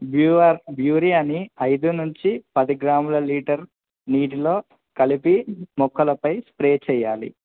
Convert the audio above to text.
బ్యూఆర్ బ్యూరి అని ఐదు నుంచి పది గ్రాముల లీటర్ నీటిలో కలిపి మొక్కలపై స్ప్రే చెయాలి